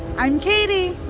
i'm katie.